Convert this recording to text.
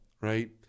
right